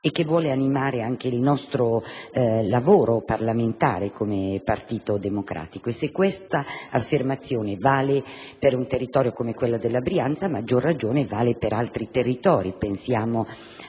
e che vuole animare anche il nostro lavoro parlamentare come Partito Democratico e se tale affermazione vale per un territorio come quello della Brianza, a maggior ragione vale per altri territori: pensiamo